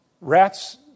rats